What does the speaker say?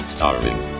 Starving